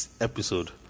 episode